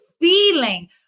feeling